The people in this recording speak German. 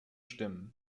stimmen